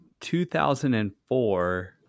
2004